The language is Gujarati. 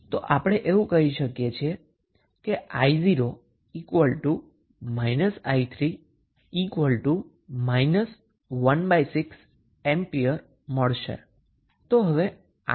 તો આપણે કહી શકીએ છીએ કે i0 i3 ⅙ A તો હવે તમને Rth માટે શું મળશે